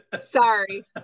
Sorry